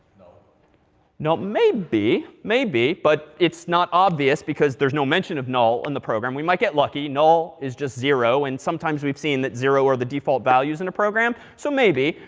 null. maybe. maybe. but it's not obvious because there's no mention of null in the program. we might get lucky. null is just zero. and sometimes we've seen that zero are the default values in a program. so maybe.